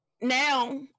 now